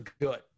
good